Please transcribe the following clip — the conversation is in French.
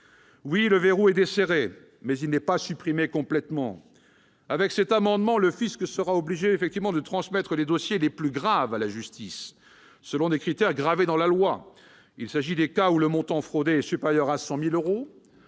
Oui, le verrou est desserré, mais il n'est pas supprimé complètement. Avec l'adoption de cet amendement, le fisc sera obligé de transmettre les dossiers les plus graves à la justice, selon des critères inscrits dans la loi : montant fraudé supérieur à 100 000 euros,